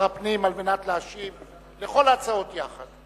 הפנים על מנת להשיב על כל ההצעות יחד.